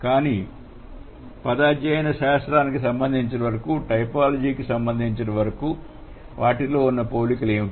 కానీ పద అధ్యయన శాస్త్రముకి సంబంధించినంత వరకు టైపాలజీకి సంబంధించిన వరకు వాటిలో ఉన్న పోలికలు ఏమిటి